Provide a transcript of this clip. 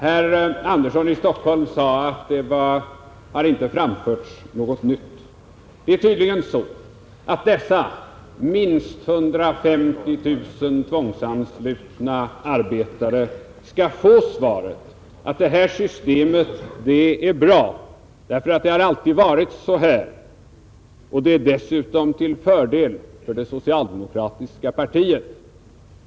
Herr Andersson i Stockholm sade att det inte framförts något nytt. Det är tydligen så att dessa minst 150 000 tvångsanslutna arbetare skall få svaret att det här systemet är bra därför att det har alltid varit så här och det är dessutom till fördel för det socialdemokratiska partiet.